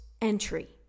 entry